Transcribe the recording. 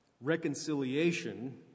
reconciliation